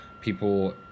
People